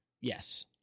Yes